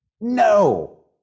No